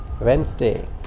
wednesday